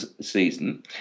season